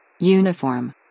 Uniform